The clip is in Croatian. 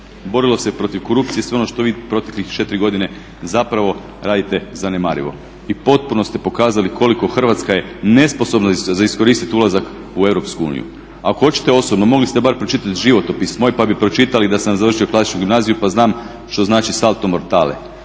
borilo se protiv korupcije, sve ono što vi proteklih 4 godine zapravo radite zanemarivo i potpuno ste pokazali koliko Hrvatska je nesposobna za iskoristit ulazak u Europsku uniju. Ako hoćete osobno mogli ste bar pročitat životopis moj pa bi pročitali da sam završio klasičnu gimnaziju pa znam što znači salto mortale,